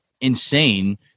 insane